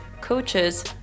coaches